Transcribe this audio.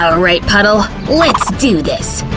alright, puddle, let's do this.